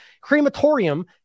Crematorium